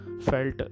felt